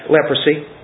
leprosy